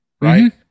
right